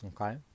okay